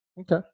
Okay